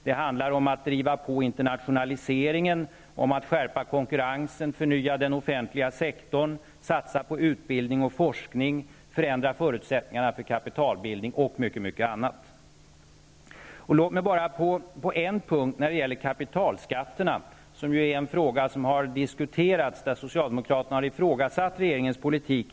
Det handlar om att driva på internationaliseringen, att skärpa konkurrensen, förnya den offentliga sektorn, satsa på utbildning och forskning, förändra föursättningarna för kapitalbildning, osv. Kapitalskatterna är en fråga som har diskuterats och där socialdemokraterna har ifrågasatt regeringens politik.